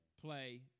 play